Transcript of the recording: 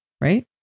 right